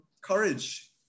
courage